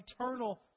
eternal